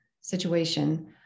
situation